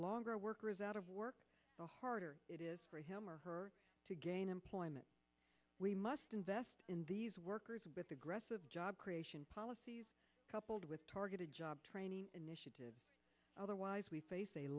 longer a worker is out of work the harder it is for him or her to gain employment we must invest in these workers with aggressive job creation policies coupled with targeted job training initiatives otherwise we face